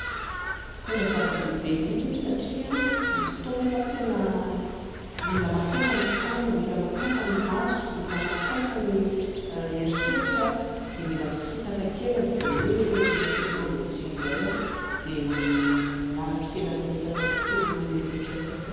Tena zava-dehibe mihitsy iny satria misy fotoana ianao tena mila maka aina ny saina, mila maka aina ny maso, mila maka aina ny eritreritra dia mila misitaka kely amin'izay hoe teknolojia izay dia miala kely amin'ny resaka tontolo nomerika mihintsy